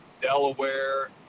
Delaware